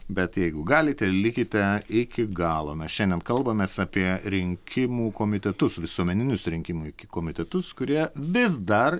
bet jeigu galite likite iki galo mes šiandien kalbamės apie rinkimų komitetus visuomeninius rinkimų komitetus kurie vis dar